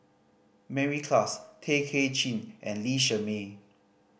Mary Klass Tay Kay Chin and Lee Shermay